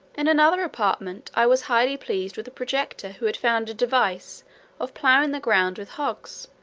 in another apartment i was highly pleased with a projector who had found a device of ploughing the ground with hogs,